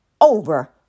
over